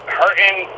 hurting